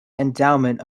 endowment